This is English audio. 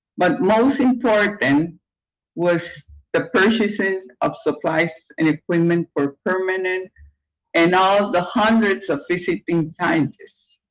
but most important was the purchases of supplies and equipment for permanent and all the hundreds of visiting scientists.